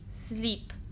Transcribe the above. sleep